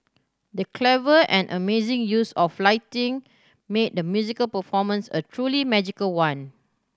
the clever and amazing use of lighting made the musical performance a truly magical one